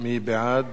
מי בעד?